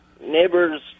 neighbors